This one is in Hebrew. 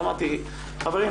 אמרתי - חברים,